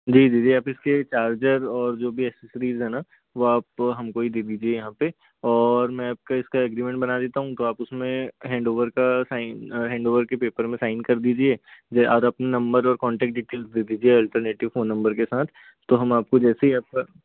जी जी जी आप इसके चार्जर और जो भी ऐक्सेसरीज़ है ना वो आप हमको ही दे दीजिए यहाँ पे और मैं आपका इसका एग्रीमेंट बना देता हूँ तो आप उसमें हैंडओवर का साइन हैंडओवर के पेपर में साइन कर दीजिए आप नंबर और कॉन्टैक्ट डिटेल्स दे दीजिए अल्टरनेटिव फ़ोन नंबर के साथ तो हम आपको जैसे ही आपका